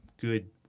good